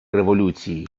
революції